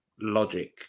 logic